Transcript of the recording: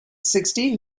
sixty